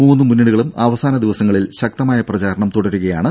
മൂന്ന് മുന്നണികളും അവസാന ദിവസങ്ങളിൽ ശക്തമായ പ്രചാരണം തുടരുകയാണ്